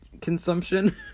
consumption